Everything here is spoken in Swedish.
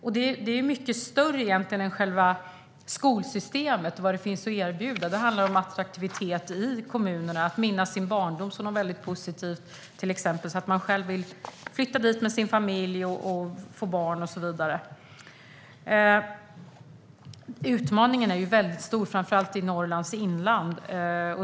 Det är egentligen mycket större än själva skolsystemet och vad som finns att erbjuda. Det handlar om attraktivitet i kommunerna, att minnas sin barndom som något väldigt positivt till exempel så att man själv vill flytta dit med sin familj, få barn och så vidare. Utmaningen är väldigt stor, framför allt i Norrlands inland.